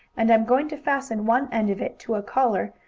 and i'm going to fasten one end of it to a collar,